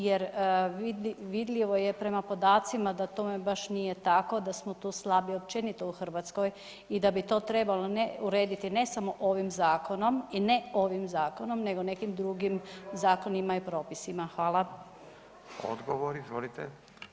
Jer vidljivo je prema podacima da tome baš nije tako, da smo tu slabi općenito u Hrvatskoj i da bi to trebalo urediti ne samo ovim zakonom i ne ovim zakonom, nego nekim drugim zakonima i propisima.